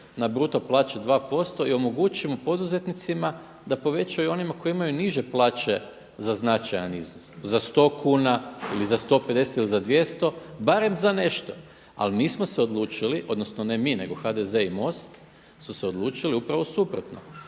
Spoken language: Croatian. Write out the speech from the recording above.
na bruto plaće 2% i omogućimo poduzetnicima da povećaju onima koji imaju niže plaće za značajan iznos, za 100 kuna ili za 150 ili za 200 barem za nešto, ali mi smo se odlučili odnosno ne mi nego HDZ i MOST su se odlučili upravo suprotno